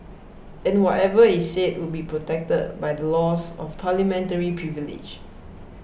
and whatever is said would be protected by the laws of parliamentary privilege